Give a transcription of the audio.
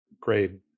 grade